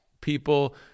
People